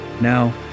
Now